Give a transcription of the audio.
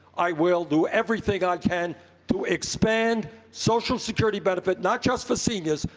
i will do everything i can to expand social security benefits, not just for seniors,